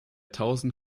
tausend